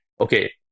okay